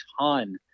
ton